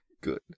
good